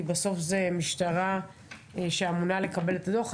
אבל נראה שמ-2016 עד 2023 נערכו שינויים לכן כדאי,